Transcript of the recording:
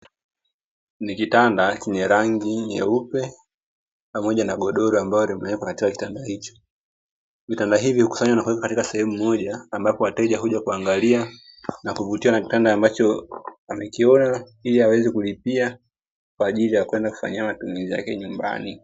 Ni kitanda chenye rangi nyeupe pamoja na godoro ambalo limewekwa katika kitanda hicho, vitanda hivi hukusanywa na kuwekwa katika sehemu moja ambapo wateja huja kuangalia na kuvutiwa na kitanda ambacho amekiona ili aweze kulipia kwa ajili ya kwenda kufanyia matumizi yake nyumbani.